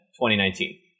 2019